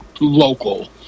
local